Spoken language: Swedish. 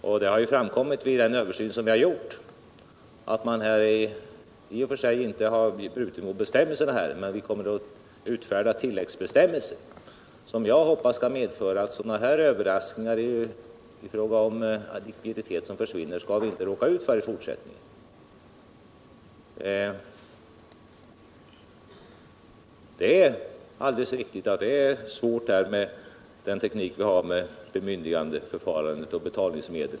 Vid den översyn vi gjort har det framkommit att man i och för sig inte har brutit mot bestämmelserna. Vi kommer emellertid att utfärda tilläggsbestämmelser som jag hoppas skall medföra att vi i fortsättningen skall slippa sådana här överraskningar. Det är svårt med den teknik vi har med bemyndigandeförfarande och betalning.